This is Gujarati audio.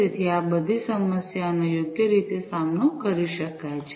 તેથી આ બધી સમસ્યાઓનો યોગ્ય રીતે સામનો કરી શકાય છે